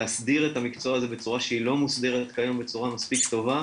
להסדיר את המקצוע הזה בצורה שהיא לא מוסדרת כיום בצורה טובה.